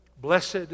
Blessed